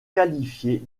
qualifiée